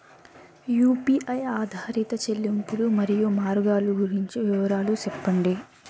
UPI ఆధారిత చెల్లింపులు, మరియు మార్గాలు గురించి వివరాలు సెప్పండి?